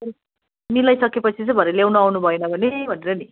ए मिलाइसकेपछि चाहिँ भरे ल्याउनु आउनु भएन भने भनेर नि